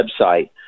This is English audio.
website